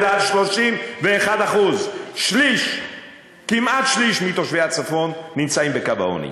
31%. כמעט שליש מתושבי הצפון נמצאים מתחת לקו העוני,